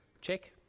check